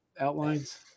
outlines